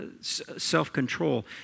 self-control